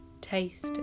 taste